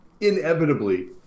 inevitably